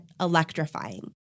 electrifying